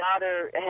daughter